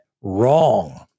wrong